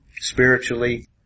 spiritually